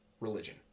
religion